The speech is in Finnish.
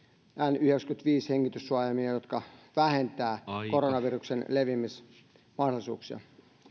n yhdeksänkymmentäviisi hengityssuojaimia jotka vähentävät koronaviruksen leviämismahdollisuuksia